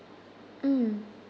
mm